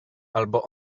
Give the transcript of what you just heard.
albo